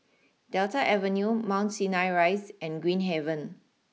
Delta Avenue Mount Sinai Rise and Green Haven